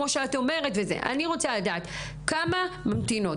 אני רוצה לדעת כמה ממתינות?